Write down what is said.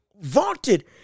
vaunted